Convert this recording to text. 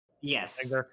Yes